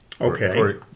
Okay